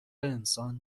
انسان